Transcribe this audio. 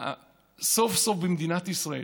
סוף-סוף במדינת ישראל,